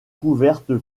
couverte